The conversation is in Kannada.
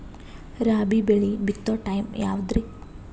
ರಾಬಿ ಬೆಳಿ ಬಿತ್ತೋ ಟೈಮ್ ಯಾವದ್ರಿ?